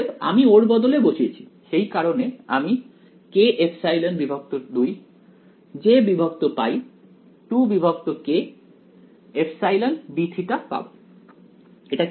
অতএব আমি ওর বদলে বসিয়েছি সেই কারণে আমি kε2 jπ 2k ε dθ পাব